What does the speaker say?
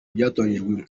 byatoranyijwe